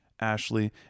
Ashley